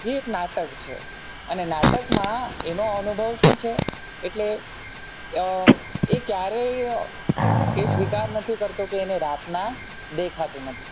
જે એક નાટક છે અને નાટકમાં એનો અનુભવ શું છે એટલે એ ક્યારેય એ સ્વીકાર નથી કરતો કે એને રાતના દેખાતું નથી